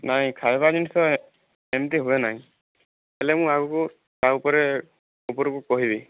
ନାହିଁ ଖାଇବା ଜିନିଷ ଏମିତି ହୁଏ ନାହିଁ ହେଲେ ମୁଁ ଆଗକୁ ତା ଉପରେ ଉପରକୁ କହିବି